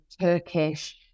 Turkish